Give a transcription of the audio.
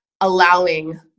allowing